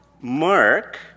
Mark